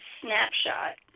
snapshot